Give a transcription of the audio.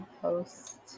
post